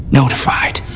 notified